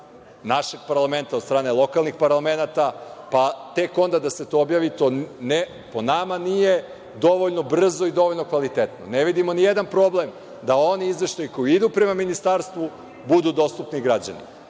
našeg parlamenta, od strane lokalnih parlamenata, pa tek onda da se to objavi. Po nama to nije dovoljno brzo i dovoljno kvalitetno. Ne vidimo ni jedan problem da oni izveštaji koji idu prema Ministarstvu budu dostupni građanima.